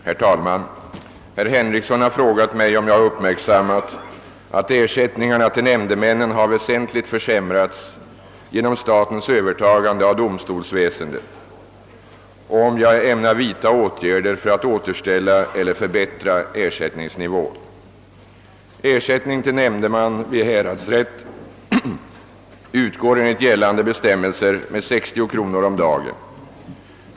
Herr talman! Herr Henriksson har frågat mig, om jag har uppmärksammat att ersättningarna till nämndemännen har väsentligt försämrats genom statens övertagande av domstolsväsendet och om jag ämnar vidta åtgärder för att återställa eller förbättra ersättningsnivån. Ersättning till nämndeman vid häradsrätt utgår enligt gällande bestämmelser med 60 kr. om dagen.